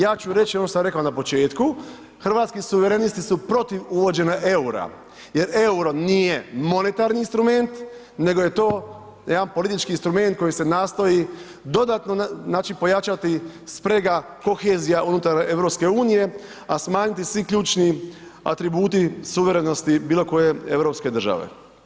Ja ću reći ono što sam rekao na početku Hrvatski suverenisti su protiv uvođenja EUR-a jer EUR-o nije monetarni instrument nego je to jedan politički instrument koji se nastoji dodatno znači pojačati sprega, kohezija unutar EU, a smanjiti svi ključni atributi suverenosti bilo koje europske države.